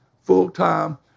full-time